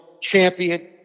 champion